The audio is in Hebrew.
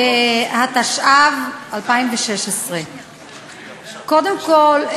התשע"ו 2016. קודם כול,